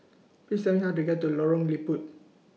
Please Tell Me How to get to Lorong Liput